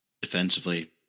defensively